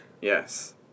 Yes